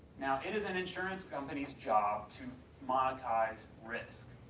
now it is an insurance companies job to monetize risk.